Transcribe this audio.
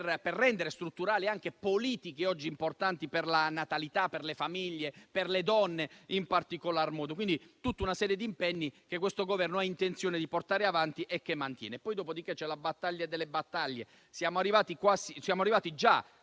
rendere strutturali le politiche importanti per la natalità, per le famiglie e per le donne in particolar modo; tutta una serie di impegni che questo Governo ha intenzione di portare avanti e che mantiene. Poi c'è la battaglia delle battaglie. Siamo arrivati già